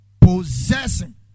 Possessing